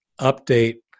update